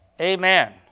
Amen